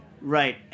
Right